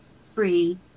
free